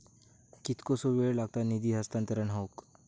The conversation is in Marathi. कितकोसो वेळ लागत निधी हस्तांतरण हौक?